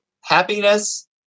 Happiness